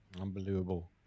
unbelievable